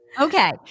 Okay